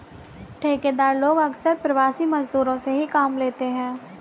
ठेकेदार लोग अक्सर प्रवासी मजदूरों से ही काम लेते हैं